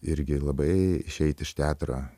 irgi labai išeit iš teatro